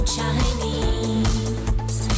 Chinese